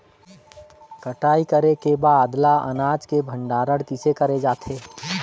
कटाई करे के बाद ल अनाज के भंडारण किसे करे जाथे?